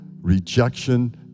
rejection